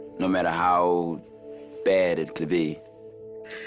no matter how bad it could be.